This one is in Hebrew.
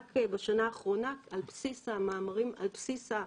רק בשנה האחרונה, על בסיס המאמרים,